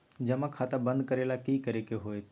जमा खाता बंद करे ला की करे के होएत?